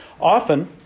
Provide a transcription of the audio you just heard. Often